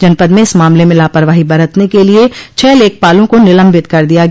जनपद में इस मामले में लापरवाही बरतने के लिये छह लेखपालों को निलम्बित कर दिया गया